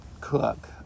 cook